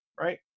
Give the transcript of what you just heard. Right